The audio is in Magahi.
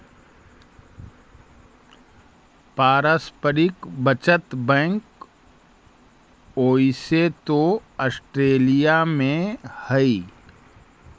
पारस्परिक बचत बैंक ओइसे तो ऑस्ट्रेलिया में हइ